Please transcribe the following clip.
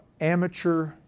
amateur